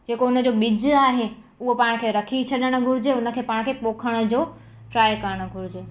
जेको उनजो ॿिज आहे हूअ पाण खे रखी छॾण घुरजे हुनखे पाण खे पोखण जो ट्राय करणु घुरिजे